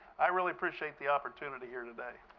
i really appreciate the opportunity here today.